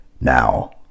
Now